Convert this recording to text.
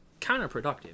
counterproductive